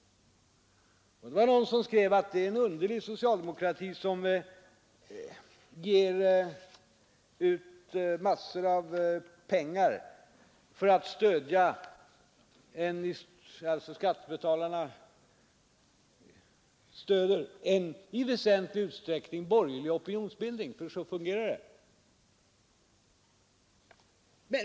Någon har skrivit att det är en underlig socialdemokrati som låter skattebetalarna ge ut massor av pengar för att stödja en i väsentlig utsträckning borgerlig opinionsbildning — för så fungerar det.